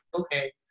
okay